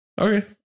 Okay